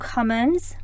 Commons